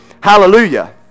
Hallelujah